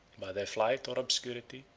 by their flight or obscurity,